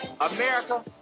America